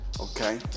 Okay